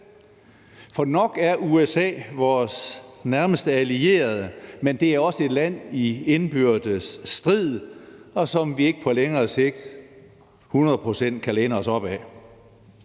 For nok er USA vores nærmeste allierede, men det er også et land i indbyrdes strid, som vi ikke på længere sigt hundrede procent kan læne os op ad.